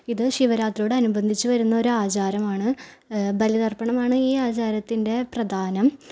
ഇത് ശിവരാത്രിയോട് അനുബന്ധിച്ച് വരുന്ന ഒരു ആചാരമാണ് ബലിദർപ്പണമാണ് ഈ ആചാരത്തിൻ്റെ പ്രധാനം